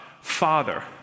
Father